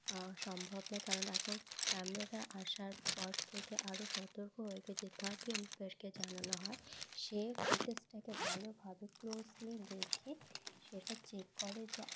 সম্ভব নয় কারণ এখন ক্যামেরা আসার পর থেকে আরও সতর্ক হয়ে গছে থার্ড আম্পেয়ারকে জানানো হয় সে ফুটেজটাকে ভালোভাবে ক্লোজলি দেখে সেটা চেক করে যে